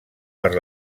per